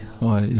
Ouais